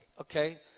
okay